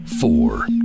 four